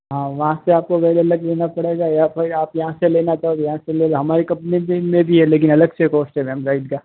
हाँ वहाँ से आपको गाइड अलग लेना पड़ेगा या फिर आप यहाँ से लेना चाहो यहाँ से ले जाओ हमारी कंपनी पे में भी है लेकिन अलग से पोस्टेड है हम गाइड का